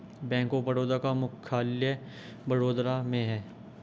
bank of Baroda का मुख्यालय वडोदरा में है